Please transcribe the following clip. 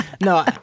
No